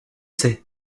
c’est